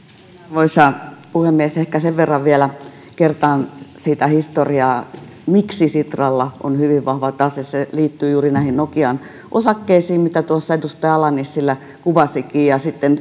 arvoisa puhemies ehkä sen verran vielä kertaan sitä historiaa miksi sitralla on hyvin vahva tase se liittyy juuri näihin nokian osakkeisiin mitä tuossa edustaja ala nissilä kuvasikin sitten